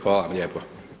Hvala vam lijepo.